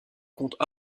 compte